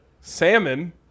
salmon